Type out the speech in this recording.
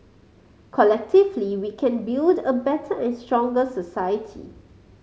collectively we can build a better and stronger society